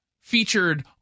Featured